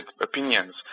opinions